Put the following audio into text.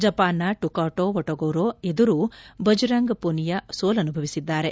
ಜಪಾನ್ನ Takuto Otoguro ಎದುರು ಬಜರಂಗ್ ಪೂನಿಯಾ ಸೋಲನುಭವಿಸಿದ್ದಾರೆ